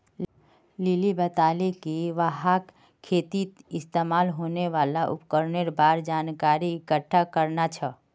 lily बताले कि वहाक खेतीत इस्तमाल होने वाल उपकरनेर बार जानकारी इकट्ठा करना छ